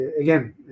again